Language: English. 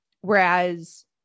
whereas